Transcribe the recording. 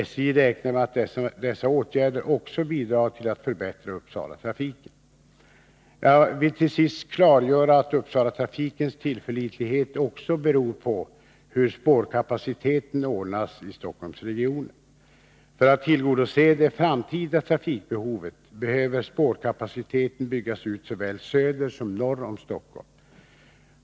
SJ räknar med att dessa åtgärder också bidrar till att förbättra Uppsalatrafiken. Jag vill till sist klargöra att Uppsalatrafikens tillförlitlighet också beror på hur spårkapaciteten ordnas i Stockholmsregionen. För att tillgodose det framtida trafikbehovet behöver spårkapaciteten byggas ut såväl söder som norr om Stockholm.